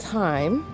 time